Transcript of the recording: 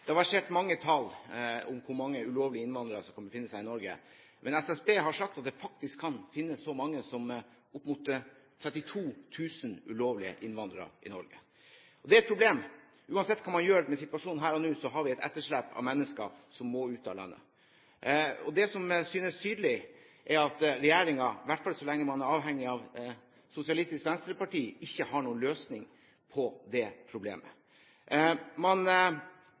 Det har versert mange tall på hvor mange ulovlige innvandrere som kan befinne seg i Norge, men SSB har sagt at det faktisk kan finnes så mange som opp mot 32 000 ulovlige innvandrere i Norge. Det er et problem. Uansett hva man gjør med situasjonen her og nå, har vi et etterslep av mennesker som må ut av landet. Det som synes tydelig, er at regjeringen – i hvert fall så lenge man er avhengig av Sosialistisk Venstreparti – ikke har noen løsning på det problemet.